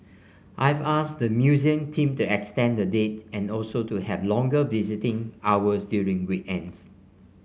I've asked the museum team to extend the date and also to have longer visiting hours during weekends